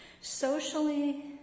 Socially